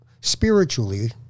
Spiritually